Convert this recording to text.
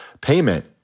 payment